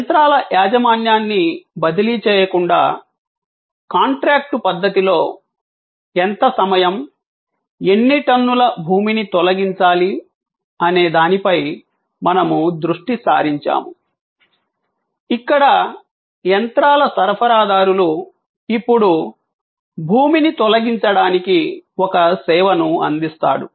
యంత్రాల యాజమాన్యాన్ని బదిలీ చేయకుండా కాంట్రాక్టు పద్ధతిలో ఎంత సమయం ఎన్ని టన్నుల భూమిని తొలగించాలి అనే దానిపై మనము దృష్టి సారించాము ఇక్కడ యంత్రాల సరఫరాదారులు ఇప్పుడు భూమిని తొలగించడానికి ఒక సేవను అందిస్తాడు